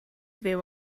fyw